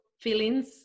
feelings